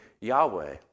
Yahweh